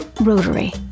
Rotary